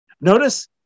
notice